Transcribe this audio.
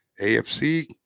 AFC